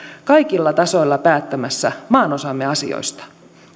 kaikilla tasoilla päättämässä maanosamme asioista